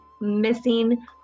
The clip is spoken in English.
missing